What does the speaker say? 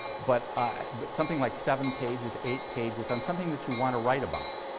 but ah but something like seven pages, eight pages on something that you want to write about.